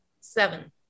Seven